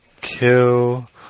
Kill